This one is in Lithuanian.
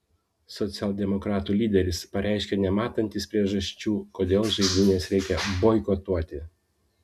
socialdemokratų lyderis pareiškė nematantis priežasčių kodėl žaidynes reikia boikotuoti